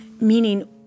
meaning